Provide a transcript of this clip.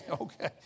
Okay